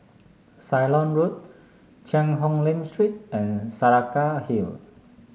Ceylon Road Cheang Hong Lim Street and Saraca Hill